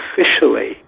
officially